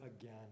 again